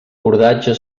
cordatge